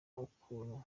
ukuntu